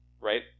right